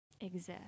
exist